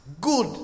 good